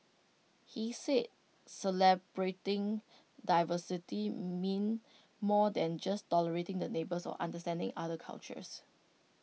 he said celebrating diversity meant more than just tolerating the neighbours or understanding other cultures